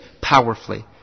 powerfully